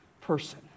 person